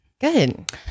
good